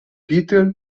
peter